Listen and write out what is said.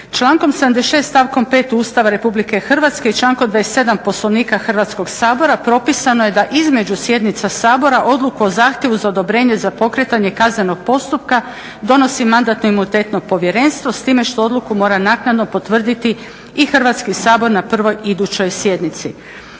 Člankom 76., stavkom 5. Ustava RH i člankom 27. Poslovnika Hrvatskog sabora propisano je da između sjednica Sabora odluku o zahtjevu za odobrenje za pokretanje kaznenog postupka donosi Mandatno imunitetno povjerenstvo s time što odluku mora naknadno potvrditi i Hrvatski sabor na prvoj idućoj sjednici.